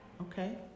Okay